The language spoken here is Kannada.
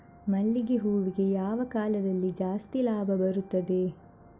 ಮಲ್ಲಿಗೆ ಹೂವಿಗೆ ಯಾವ ಕಾಲದಲ್ಲಿ ಜಾಸ್ತಿ ಲಾಭ ಬರುತ್ತದೆ?